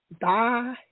Bye